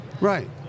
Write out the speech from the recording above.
Right